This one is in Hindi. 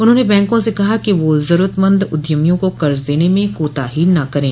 उन्होंने बैंकों से कहा कि वह जरूरतमंद उद्यमियों को कर्ज देने में कोताही न करे